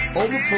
over